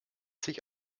sich